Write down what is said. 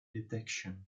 detection